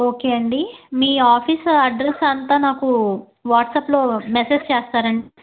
okay అండి మీ office address అంతా నాకు వాట్సప్లో మెసేజ్ చేస్తారండి